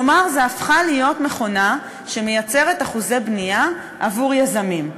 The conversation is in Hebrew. כלומר זו הפכה להיות מכונה שמייצרת אחוזי בנייה עבור יזמים.